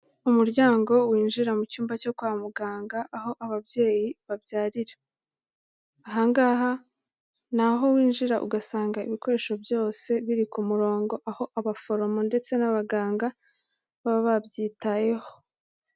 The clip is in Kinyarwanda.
Umuryango winjira mu cyumba cyo kwa muganga aho ababyeyi babyarira. Aha ngaha ni aho winjira ugasanga ibikoresho byose biri ku murongo, aho abaforomo ndetse n'abaganga baba babyitayeho.